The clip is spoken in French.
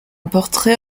portrait